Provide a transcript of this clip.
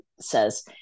says